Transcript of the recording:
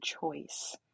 choice